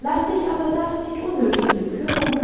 laß dich aber das nicht unnötig bekümmern